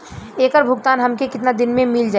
ऐकर भुगतान हमके कितना दिन में मील जाई?